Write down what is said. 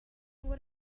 what